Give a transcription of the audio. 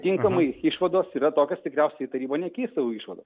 tinkamai išvados yra tokios tikriausiai taryba nekeis savo išvadų